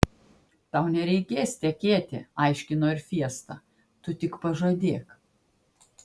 tau nereikės tekėti aiškino ir fiesta tu tik pažadėk